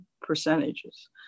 percentages